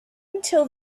until